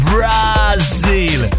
Brazil